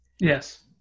Yes